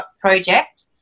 project